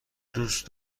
دوست